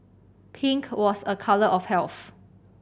pink was a colour of health